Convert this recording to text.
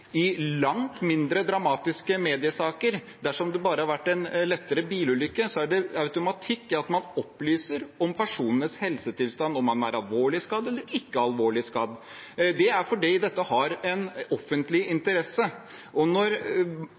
i langt mindre dramatiske mediesaker – dersom det bare har vært en lettere bilulykke, er det automatikk i at man opplyser om personens helsetilstand, om man er alvorlig skadd eller ikke alvorlig skadd. Det er fordi dette har en offentlig interesse. Når